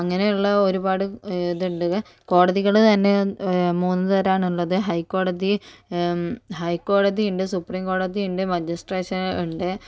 അങ്ങനെയുള്ള ഒരുപാട് ഇതുണ്ട് കോടതികള് തന്നെ മൂന്നുതരം ആണുള്ളത് ഹൈക്കോടതി ഹൈക്കോടതിയുണ്ട് സുപ്രീംകോടതിയുണ്ട് മജിസ്ട്രേഷൻ ഉണ്ട്